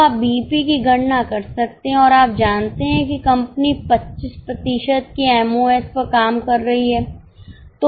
तो आप बीईपी की गणना कर सकते हैं और आप जानते हैं कि कंपनी 25 प्रतिशत के एम ओ एस पर काम कर रही है